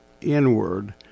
inward